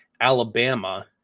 Alabama